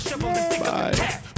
bye